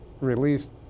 released